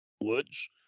woods